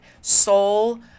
soul